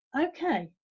Okay